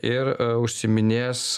ir užsiiminės